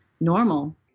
normal